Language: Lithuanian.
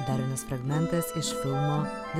dar vienas fragmentas iš filmo